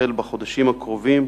שתחל בחודשים הקרובים.